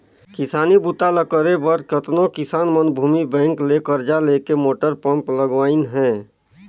किसानी बूता ल करे बर कतनो किसान मन भूमि विकास बैंक ले करजा लेके मोटर पंप लगवाइन हें